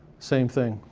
same thing.